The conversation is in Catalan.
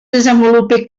desenvolupa